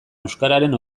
euskararen